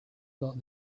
thought